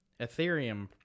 Ethereum